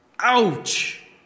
Ouch